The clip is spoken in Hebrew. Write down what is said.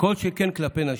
כל שכן כלפי נשים.